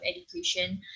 Education